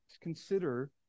Consider